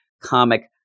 comic